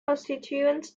constituent